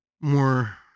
more